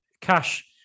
Cash